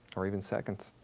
or even seconds.